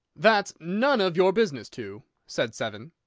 that's none of your business, two! said seven.